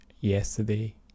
yesterday